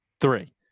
three